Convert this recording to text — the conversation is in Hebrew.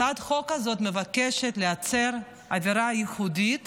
הצעת החוק הזאת מבקשת לייצר אווירה ייחודית